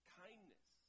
kindness